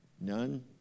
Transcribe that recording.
None